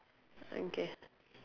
okay